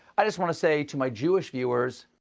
i just want to say to my jewish viewers,